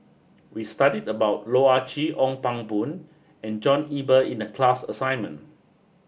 we studied about Loh Ah Chee Ong Pang Boon and John Eber in the class assignment